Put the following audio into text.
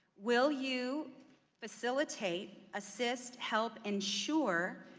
will you facilitate, assist, help, and sure,